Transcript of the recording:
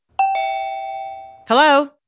Hello